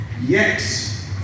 Yes